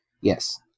yes